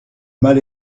mal